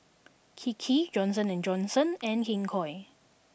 Kiki Johnson and Johnson and King Koil